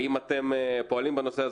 האם אתם פועלים בנושא הזה?